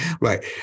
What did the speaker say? Right